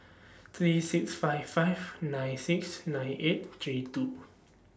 three six five five nine six nine eight three two